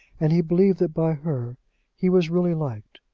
and he believed that by her he was really liked.